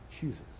chooses